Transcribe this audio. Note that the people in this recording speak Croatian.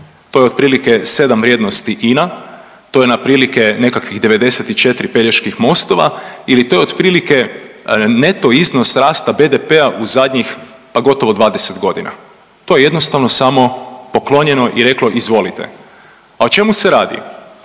To je otprilike 7 vrijednosti INA. To je na otprilike nekakvih 94 Peljeških mostova ili to je otprilike neto iznos rasta BDP-a u zadnjih pa gotovo 20 godina. To je jednostavno samo poklonjeno i reklo izvolite. A o čemu se radi?